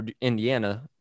indiana